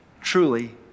truly